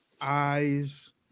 eyes